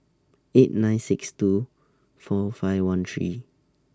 eight nine six two four five one three